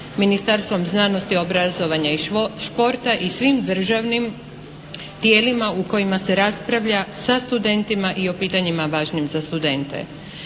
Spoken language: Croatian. Ministarstvom znanosti, obrazovanja i športa i svim državnim tijelima u kojima se raspravlja sa studentima i o pitanjima važnim za studente.